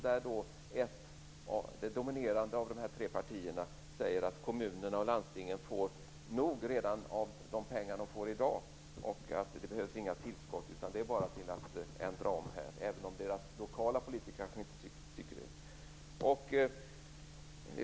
Det dominerande av de tre partierna säger att de pengar som kommunerna och landstingen får är nog redan i dag, att det inte behövs mer tillskott utan att det bara är att ändra om, även om deras lokala politiker kanske inte tycker det.